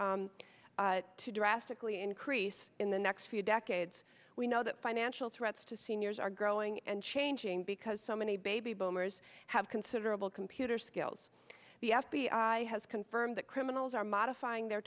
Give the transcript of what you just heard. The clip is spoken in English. set to drastically increase in the next few decades we know that financial threats to seniors are growing and changing because so many baby boomers have considerable computer skills the f b i has confirmed that criminals are modifying the